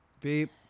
Beep